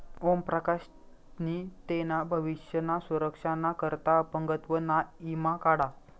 ओम प्रकाश नी तेना भविष्य ना सुरक्षा ना करता अपंगत्व ना ईमा काढा